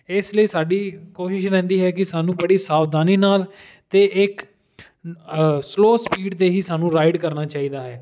ਇਸ ਲਈ ਸਾਡੀ ਕੋਸ਼ਿਸ਼ ਰਹਿੰਦੀ ਹੈ ਕਿ ਸਾਨੂੰ ਬੜੀ ਸਾਵਧਾਨੀ ਨਾਲ ਅਤੇ ਇੱਕ ਸਲੋ ਸਪੀਡ 'ਤੇ ਹੀ ਸਾਨੂੰ ਰਾਈਡ ਕਰਨਾ ਚਾਹੀਦਾ ਹੈ